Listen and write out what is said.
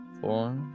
four